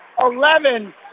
Eleven